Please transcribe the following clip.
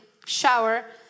shower